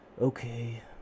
Okay